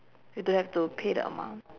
you don't have to pay the amount